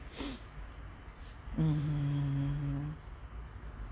hmm